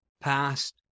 past